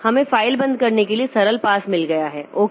इसलिए हमें फ़ाइल बंद करने के लिए सरल पास मिल गया है ओके